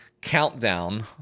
countdown